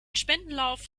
spendenlauf